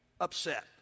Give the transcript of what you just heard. upset